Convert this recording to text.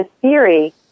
theory